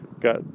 got